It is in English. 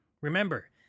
Remember